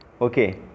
okay